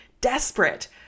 desperate